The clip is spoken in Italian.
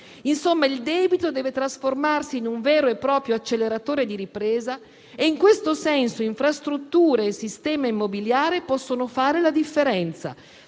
Insomma, il debito deve trasformarsi in un vero e proprio acceleratore di ripresa e in questo senso infrastrutture e sistema immobiliare possono fare la differenza.